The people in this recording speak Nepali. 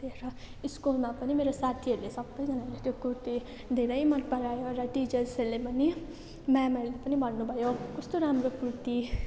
स्कुलमा पनि मेरो साथीहरूले सबैजनाले त्यो कुर्ती धेरै मनपरायो र टिचर्सहरूले पनि मेमहरूले पनि भन्नुभयो कस्तो राम्रो कुर्ती